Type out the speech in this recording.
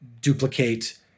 duplicate